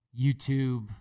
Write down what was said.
YouTube